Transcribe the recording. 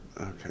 Okay